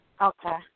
Okay